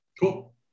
cool